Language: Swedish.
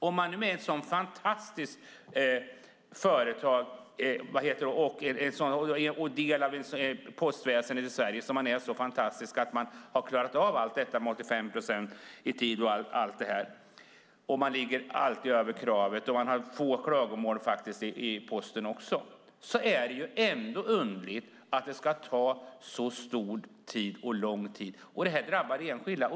Om ett sådant företag, del av postväsendet i Sverige, som är så fantastiskt att man har klarat av att leverera 85 procent i tid, att alltid ligga över kravet och att faktiskt också ha få klagomål är det ändå underligt att det ska ta så lång tid. Och det här drabbar enskilda.